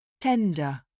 Tender